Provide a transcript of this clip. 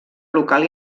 local